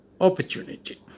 opportunity